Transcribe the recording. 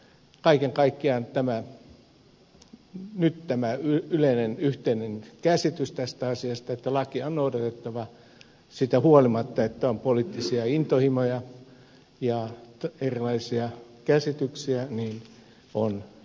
kaiken kaikkiaan nyt tämä yleinen yhteinen käsitys tästä asiasta että lakia on noudatettava siitä huolimatta että on poliittisia intohimoja ja erilaisia käsityksiä on hyvä